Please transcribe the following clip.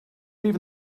even